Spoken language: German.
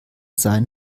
sein